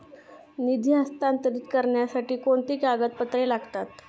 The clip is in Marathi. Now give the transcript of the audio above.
निधी हस्तांतरित करण्यासाठी कोणती कागदपत्रे लागतात?